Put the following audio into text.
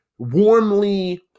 warmly